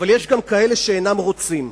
אינם רוצים.